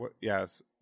yes